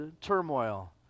turmoil